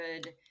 good